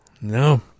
No